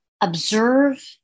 observe